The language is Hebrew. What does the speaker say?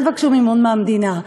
אל תבקשו מימון מהמדינה.